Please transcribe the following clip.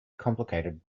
complicated